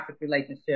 relationship